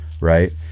right